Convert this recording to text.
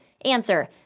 Answer